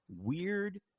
weird